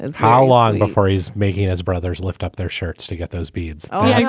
and how long before he's making his brothers lift up their shirts to get those beads?